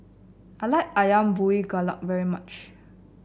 I like ayam Buah Keluak very much